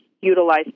utilize